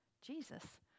Jesus